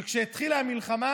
כשהתחילה המלחמה